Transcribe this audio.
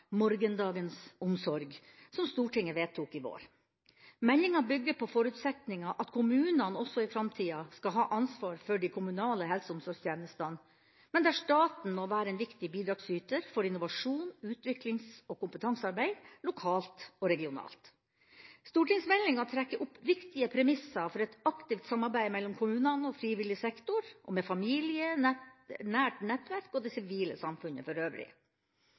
Morgendagens omsorg, som Stortinget vedtok i vår. Meldinga bygger på forutsetninga om at kommunene også i framtida skal ha ansvaret for de kommunale helse- og omsorgstjenestene, men der staten må være en viktig bidragsyter for innovasjon, utviklings- og kompetansearbeid lokalt og regionalt. Stortingsmeldinga trekker opp viktige premisser for aktivt samarbeid mellom kommunene og frivillig sektor og med familie, nært nettverk og det sivile samfunnet for øvrig.